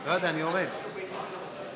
אני ביקשתי קודם.